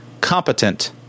competent